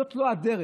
זו לא הדרך.